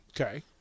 Okay